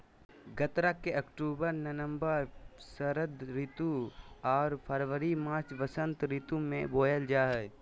गन्ना के अक्टूबर नवम्बर षरद ऋतु आर फरवरी मार्च बसंत ऋतु में बोयल जा हइ